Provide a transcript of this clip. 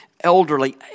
elderly